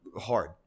hard